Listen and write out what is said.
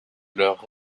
leurs